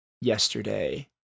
yesterday